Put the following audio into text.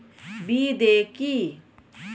বিদে কি?